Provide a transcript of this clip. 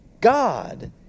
God